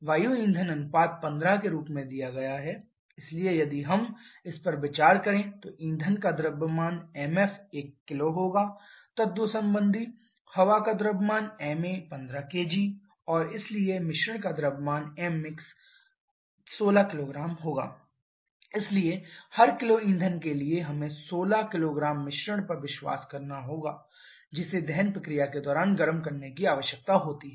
वायु ईंधन अनुपात 15 के रूप में दिया गया है इसलिए यदि हम इस पर विचार करें ईंधन का द्रव्यमान mf 1 किलो तत्संबंधी हवा का द्रव्यमान ma 15 किग्रा और इसीलिए मिश्रण का द्रव्यमानmmix 16 किग्रा इसलिए हर किलो ईंधन के लिए हमें 16 किलोग्राम मिश्रण पर विश्वास करना होगा जिसे दहन प्रक्रिया के दौरान गर्म करने की आवश्यकता होती है